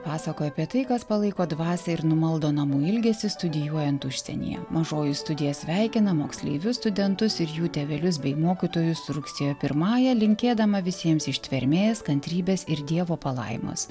pasakojo apie tai kas palaiko dvasią ir numaldo namų ilgesį studijuojant užsienyje mažoji studija sveikina moksleivius studentus ir jų tėvelius bei mokytojus su rugsėjo pirmąja linkėdama visiems ištvermės kantrybės ir dievo palaimos